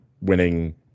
winning